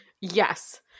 Yes